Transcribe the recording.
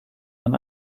man